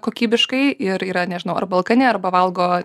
kokybiškai ir yra nežinau arba alkani arba valgo